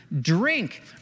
Drink